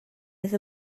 oedd